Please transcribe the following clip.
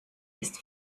ist